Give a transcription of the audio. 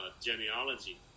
genealogy